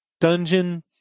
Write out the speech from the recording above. Dungeon